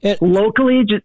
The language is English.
Locally